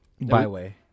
Byway